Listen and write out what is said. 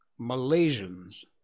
Malaysians